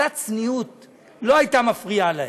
קצת צניעות לא הייתה מפריעה להם.